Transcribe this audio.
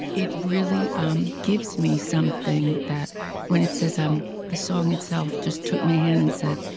it really um gives me something that when it says. um the song itself just took my hand and said,